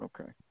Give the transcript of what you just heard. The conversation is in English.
Okay